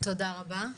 תודה רבה,